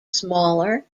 smaller